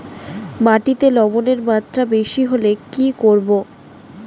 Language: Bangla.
মাটিতে লবণের মাত্রা বেশি হলে কি করব?